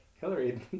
Hillary